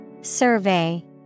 Survey